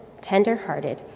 tender-hearted